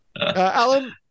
alan